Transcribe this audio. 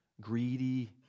greedy